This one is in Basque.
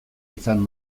izan